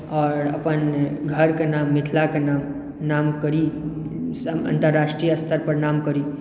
आओर अपन घरके नाम मिथिलाके नाम करी सङ्गमे अन्तरराष्ट्रीय स्तरपर नाम करी